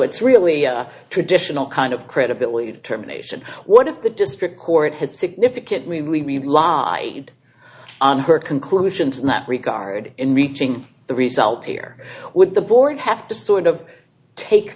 it's really a traditional kind of credibility determination what if the district court had significant really really la aid on her conclusions in that regard in reaching the result here would the board have to sort of take